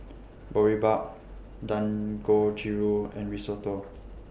Boribap Dangojiru and Risotto